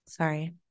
Sorry